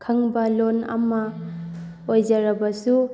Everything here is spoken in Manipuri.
ꯈꯪꯕ ꯂꯣꯜ ꯑꯃ ꯑꯣꯏꯖꯔꯕꯁꯨ